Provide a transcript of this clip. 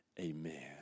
Amen